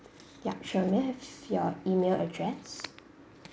ya sure may I have your email address